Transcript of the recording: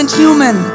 human